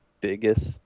biggest